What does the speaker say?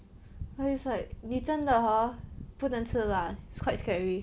no it's like 你真的 hor 不能吃辣 it's quite scary